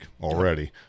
already